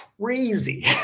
crazy